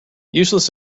useless